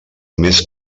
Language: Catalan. més